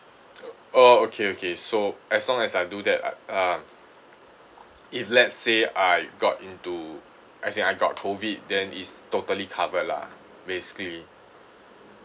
oh okay okay so as long as I do that I uh if let's say I got into I say I got COVID then it's totally covered lah basically